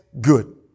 good